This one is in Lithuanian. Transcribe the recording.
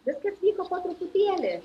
viskas vyko po truputėlį